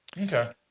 Okay